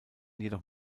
jedoch